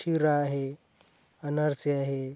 शिरा आहे अनारसे आहे